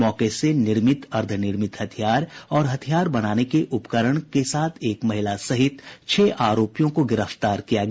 मौके से निर्मित अर्द्धनिर्मित हथियार और हथियार बनाने के उपकरण के साथ एक महिला सहित छह आरोपियों को गिरफ्तार किया गया